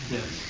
Yes